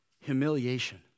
humiliation